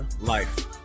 life